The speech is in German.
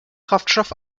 kraftstoff